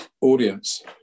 audience